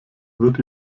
wird